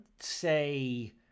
say